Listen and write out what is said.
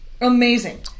Amazing